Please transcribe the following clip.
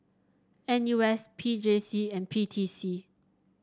N U S P J C and P T C